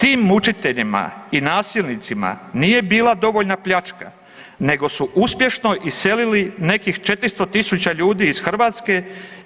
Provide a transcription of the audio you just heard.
Tim mučiteljima i nasilnicima nije bila dovoljna pljačka nego su uspješno iselili nekih 400.000 ljudi iz Hrvatske